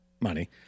money